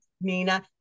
Nina